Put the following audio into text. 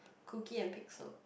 cookie and pixel